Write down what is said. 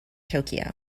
tokyo